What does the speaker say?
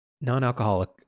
Non-alcoholic